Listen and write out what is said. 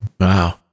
Wow